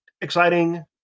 exciting